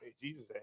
Jesus